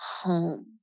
home